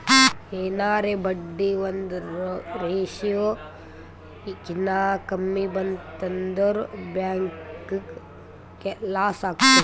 ಎನಾರೇ ಬಡ್ಡಿ ಒಂದ್ ರೇಶಿಯೋ ಕಿನಾ ಕಮ್ಮಿ ಬಂತ್ ಅಂದುರ್ ಬ್ಯಾಂಕ್ಗ ಲಾಸ್ ಆತ್ತುದ್